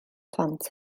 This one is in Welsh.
plant